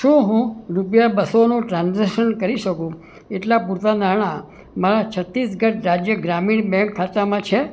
શું હું રૂપિયા બસોનું ટ્રાન્ઝેક્શન કરી શકું એટલાં પૂરતા નાણા મારા છત્તીસગઢ રાજ્ય ગ્રામીણ બેંક ખાતામાં છે